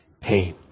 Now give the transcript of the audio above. pain